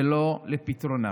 ולא לפתרונם.